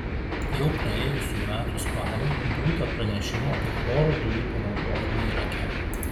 jau praėjusių metų spalį būta pranešimų apie chloro dujų panaudojimą irake